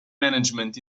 management